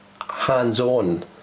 hands-on